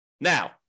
Now